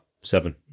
Seven